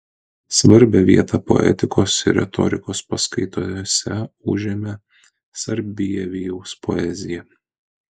svarbią vietą poetikos ir retorikos paskaitose užėmė sarbievijaus poezija